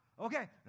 Okay